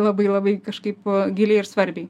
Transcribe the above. labai labai kažkaip giliai ir svarbiai